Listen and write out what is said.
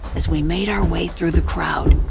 as we made our way through the crowd.